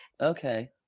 okay